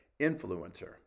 influencer